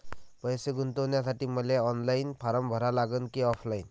पैसे गुंतन्यासाठी मले ऑनलाईन फारम भरा लागन की ऑफलाईन?